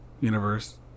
Universe